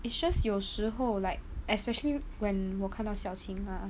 it's just 有时候 like especially when 我看到 xiao qing 啊